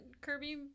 Kirby